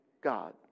God